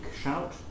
shout